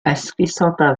esgusoda